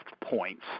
points